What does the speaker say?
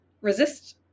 resist